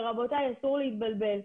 רבותיי, אסור להתבלבל.